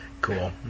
Cool